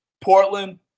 Portland